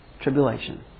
tribulation